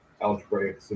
algebraic